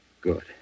Good